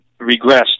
regressed